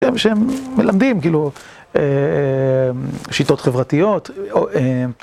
שהם מלמדים, כאילו, שיטות חברתיות.